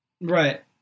Right